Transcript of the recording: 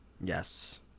Yes